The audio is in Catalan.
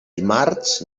dimarts